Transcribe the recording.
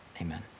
amen